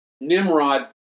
Nimrod